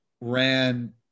Ran